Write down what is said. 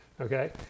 Okay